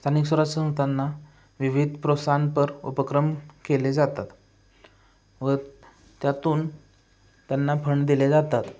स्थानिक स्वराज्य त्यांना विविध प्रोत्साहनपर उपक्रम केले जातात व त्यातून त्यांना फंड दिले जातात